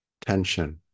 tension